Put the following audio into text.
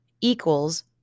equals